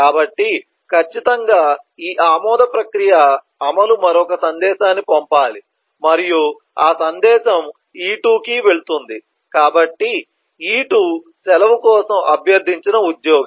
కాబట్టి ఖచ్చితంగా ఈ ఆమోద ప్రక్రియ అమలు మరొక సందేశాన్ని పంపాలి మరియు ఆ సందేశం E2 కి వెళుతుంది కాబట్టి E2 సెలవు కోసం అభ్యర్థించిన ఉద్యోగి